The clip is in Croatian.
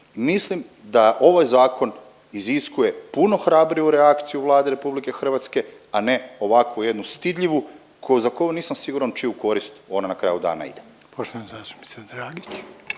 Mislim da ovaj zakon iziskuje puno hrabriju reakciju Vlade RH, a ne ovako jednu stidljivu za koju nisam siguran u čiju korist ona na kraju dana ide. **Reiner, Željko